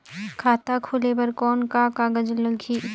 खाता खोले बर कौन का कागज लगही?